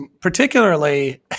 particularly